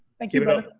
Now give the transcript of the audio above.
thank you brother.